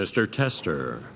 mr tester